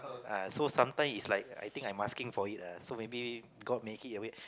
uh so sometime is like I think I'm asking for it lah so maybe god make it a way